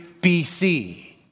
BC